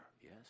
yes